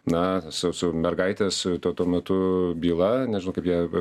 na su su mergaite su tuo tuo metu byla nežinau kaip ją